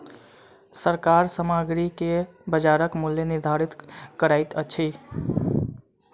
सरकार सामग्री के बजारक मूल्य निर्धारित करैत अछि